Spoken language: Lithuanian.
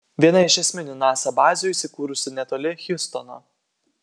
viena iš esminių nasa bazių įsikūrusi netoli hjustono